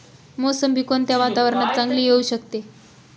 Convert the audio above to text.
मोसंबी कोणत्या वातावरणात चांगली येऊ शकते?